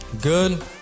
Good